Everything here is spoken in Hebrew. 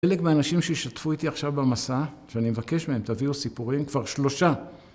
חלק מהאנשים שישתתפו איתי עכשיו במסע, שאני מבקש מהם תביאו סיפורים, כבר שלושה.